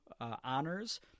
honors